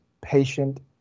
patient